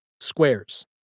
Squares